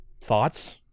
Thoughts